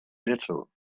little